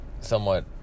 somewhat